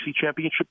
championship